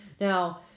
Now